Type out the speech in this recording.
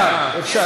אפשר.